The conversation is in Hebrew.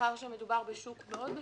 מאחר שמדובר בשוק מאוד מצומצם.